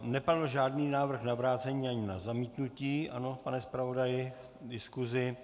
Nepadl žádný návrh na vrácení ani na zamítnutí ano, pane zpravodaji? v diskuzi.